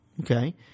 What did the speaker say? Okay